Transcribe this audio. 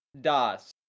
Das